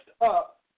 up